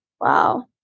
Wow